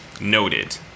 Noted